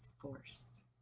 forced